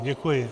Děkuji.